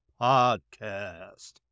podcast